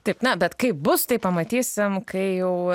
taip na bet kaip bus tai pamatysim kai jau